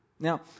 Now